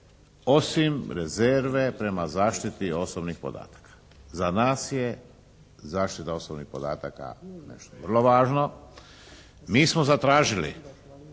osim rezerve prema zaštiti osobnih podataka. Za nas je zaštita osobnih podataka nešto vrlo važno. Mi smo zatražili